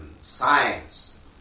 science